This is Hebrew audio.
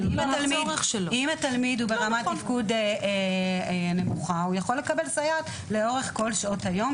אם התלמיד ברמת תפקוד נמוכה הוא יכול לקבל סייעת לאורך כל שעות היום.